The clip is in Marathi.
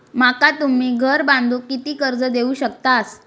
माका तुम्ही घर बांधूक किती कर्ज देवू शकतास?